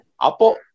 Apo